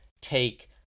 take